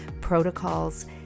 protocols